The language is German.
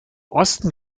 osten